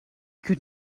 could